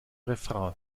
refrain